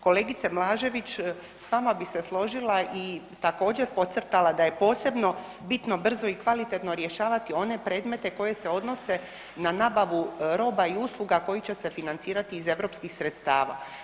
Kolegice Blažević, sa vama bih se složila i također podcrtala da je posebno bitno brzo i kvalitetno rješavati one predmete koji se odnose na nabavu roba i usluga koji će se financirati iz europskih sredstava.